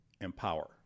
empower